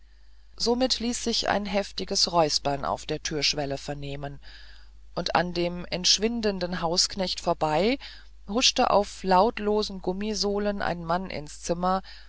somit ließ sich ein heftiges räuspern auf der türschwelle vernehmen und an dem entschwindenden hausknecht vorbei huschte auf lautlosen gummisohlen ein mann ins zimmer